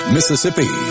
Mississippi